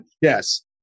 Yes